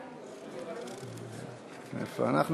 אתה רוצה שזה יישאר בוועדת המדע.